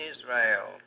Israel